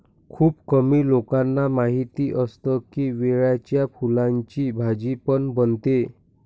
खुप कमी लोकांना माहिती असतं की, केळ्याच्या फुलाची भाजी पण बनते